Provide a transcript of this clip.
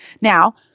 Now